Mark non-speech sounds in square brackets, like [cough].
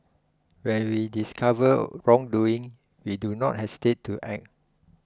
when we discover [hesitation] wrongdoing we do not hesitate to act